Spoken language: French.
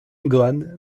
gohan